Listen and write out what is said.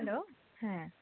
hello হ্যাঁ